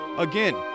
Again